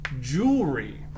jewelry